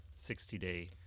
60-day